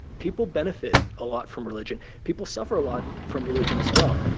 people benefit a lot from religion. people suffer a lot from religion, as well.